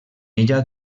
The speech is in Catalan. ella